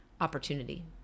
opportunity